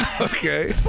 Okay